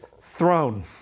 throne